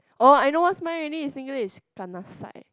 orh I know what's mine already Singlish is kanasai